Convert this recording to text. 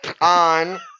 on